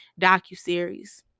docuseries